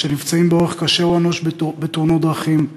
שנפצעים באורח קשה או אנוש בתאונות דרכים,